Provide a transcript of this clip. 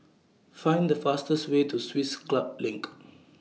Find The fastest Way to Swiss Club LINK